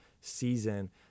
season